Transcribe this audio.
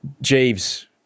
Jeeves